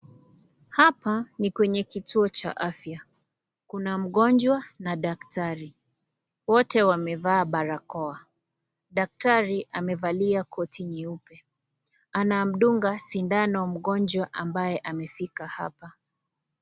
Hapa ni kwenye kituo cha afya. Kuna mgonjwa na daktari. Wote wamevaa barakoa. Daktari amevalia koti nyeupe. Anamdunga sindano mgonjwa ambaye amefika hapa.